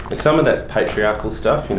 but some of that's patriarchal stuff,